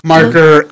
Marker